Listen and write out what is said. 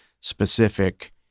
specific